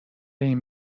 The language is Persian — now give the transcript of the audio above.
این